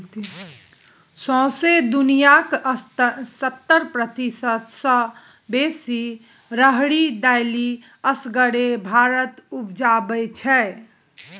सौंसे दुनियाँक सत्तर प्रतिशत सँ बेसी राहरि दालि असगरे भारत उपजाबै छै